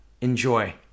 enjoy